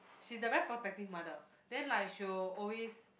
she's the very protective mother then like she will always